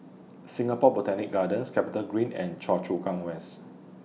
Singapore Botanic Gardens Capitagreen and Choa Chu Kang West